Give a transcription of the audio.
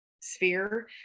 sphere